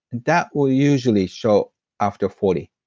that will usually show after forty.